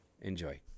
Enjoy